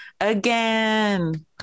again